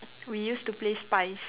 we used to play spies